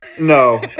No